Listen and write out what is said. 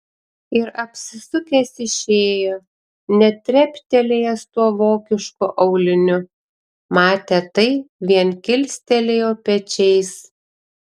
ir apsisukęs išėjo net treptelėjęs tuo vokišku auliniu matę tai vien kilstelėjo pečiais